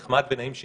נעים ונחמד שיהיה,